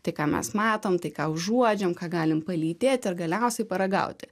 tai ką mes matom tai ką užuodžiam ką galim palytėti ir galiausiai paragauti